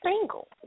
single